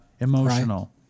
emotional